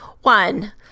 One